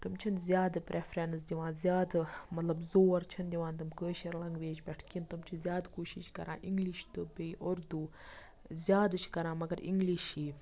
تِم چھِنہٕ زیادٕ پریفرَنٕس دِوان زیادٕ مطلب زور چھِنہٕ دِوان تٕم کٲشِر لینگویج پٮ۪ٹھ کیٚنہہ تٔمۍ چھِ زیادٕ کوٗشِش کران اِنگلِش تہٕ بیٚیہِ اردوٗ زیادٕ چھِ مَگر کران اِنگلِشی